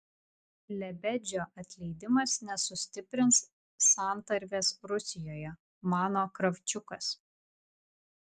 lebedžio atleidimas nesustiprins santarvės rusijoje mano kravčiukas